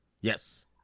Yes